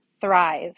thrive